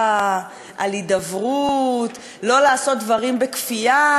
על פשרה, על הידברות, לא לעשות דברים בכפייה.